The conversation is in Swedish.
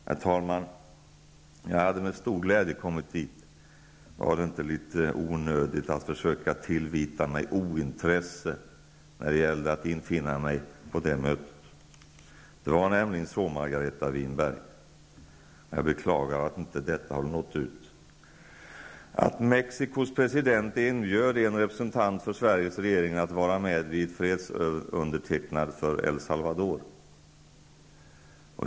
Herr talman! Jag hade med stor glädje åkt dit. Var det inte litet onödigt att försöka tillvita mig ointresse för att infinna mig på det mötet? Det var nämligen så, Margareta Winberg -- jag beklagar att detta inte har nått ut -- att Mexicos president inbjöd en representant för Sveriges regering att vara med vid undertecknandet av fredsavtalet för El Salvador.